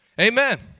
Amen